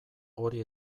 hori